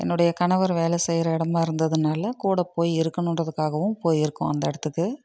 என்னோடய கணவர் வேலை செய்யற இடமா இருந்ததுனால கூடப்போய் இருக்கணுன்றதுக்காகவும் போயிருக்கோம் அந்த இடத்துக்கு